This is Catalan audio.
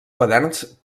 quaderns